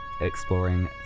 exploring